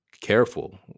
careful